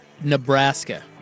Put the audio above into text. Nebraska